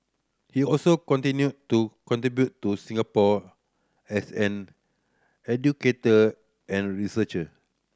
he also continue to contribute to Singapore as an educator and researcher